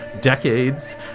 decades